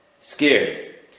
scared